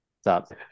Stop